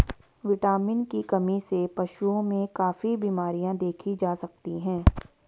vitamin की कमी से पशुओं में काफी बिमरियाँ देखी जा सकती हैं